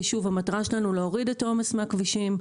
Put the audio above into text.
כי המטרה שלנו היא להוריד את העומס מהכבישים.